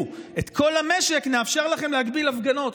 את כל המשק נאפשר לכם להגביל הפגנות.